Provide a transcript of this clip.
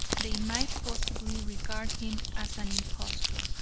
they might possibly regard him as an impostor.